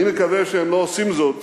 אני מקווה שהם לא עושים זאת